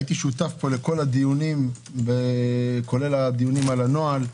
הייתי שותף לכל הדיונים, כולל הדיונים על הנוהל.